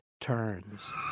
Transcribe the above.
turns